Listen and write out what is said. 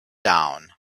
down